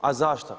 A zašto?